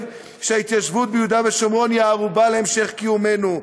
שההתיישבות ביהודה ושומרון היא ערובה להמשך קיומנו.